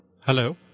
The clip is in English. Hello